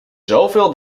zoveel